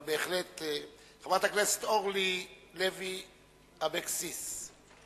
חברת הכנסת אורלי לוי אבקסיס.